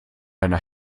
einer